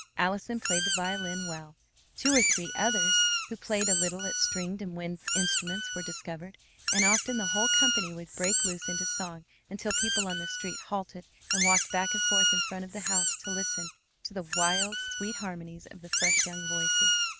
allison played the violin well two or three others who played a little at stringed and wind instruments were discovered and often the whole company would break loose into song until people on the street halted and walked back and forth in front of the house to listen to the wild, sweet harmonies of the fresh young voices.